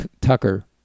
Tucker